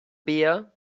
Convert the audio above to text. beer